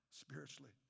spiritually